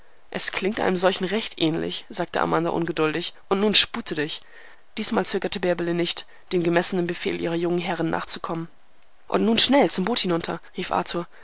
es klingt einem solchen recht ähnlich sagte amanda ungeduldig und nun spute dich diesmal zögerte bärbele nicht dem gemessenen befehl ihrer jungen herrin nachzukommen und nun schnell zum boot hinunter rief arthur